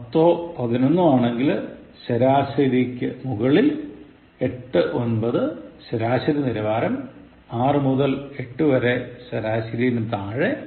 പത്തോ പതിനൊന്നോ ആണെങ്കിൽ ശരാശരിക്കും മുകളിൽ 89 ശരാശരി നിലവാരം 6 മുതൽ 8 വരെ ശരാശരിയിലും താഴെ